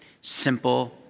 Simple